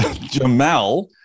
Jamal